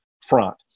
front